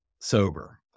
sober